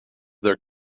their